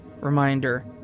reminder